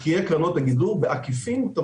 גידור, היא